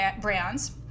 brands